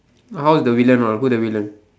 hows the villain or who the villain